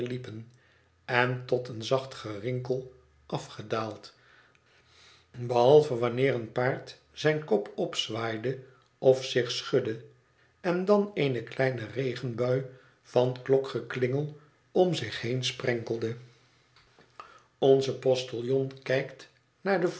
en tot een zacht gerinkel afgedaald behalve wanneer een paard zijn kop opzwaaide of zich schudde en dan eene kleine regenbui van klokgeklingel om zich heen sprenkelde onze postiljon kijkt naar den